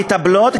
המטפלות,